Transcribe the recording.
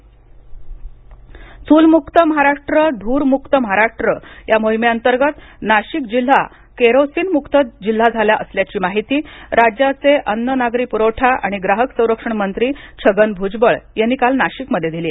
धूर मुक्त चुल मुक्त महाराष्ट्र धुर मुक्त महाराष्ट्र या मोहिमेअंतर्गत नाशिक जिल्हा केरोसीन मुक्त जिल्हा झाला असल्याची माहिती राज्याचे अन्न नागरी पुरवठा आणि ग्राहक संरक्षण मंत्री छगन भुजबळ यांनी काल नाशिकमध्ये दिली